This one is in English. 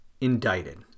indicted